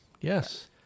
Yes